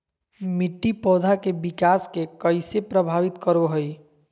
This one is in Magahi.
मिट्टी पौधा के विकास के कइसे प्रभावित करो हइ?